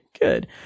good